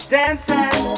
dancing